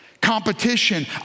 Competition